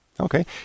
Okay